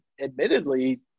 admittedly